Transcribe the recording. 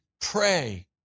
pray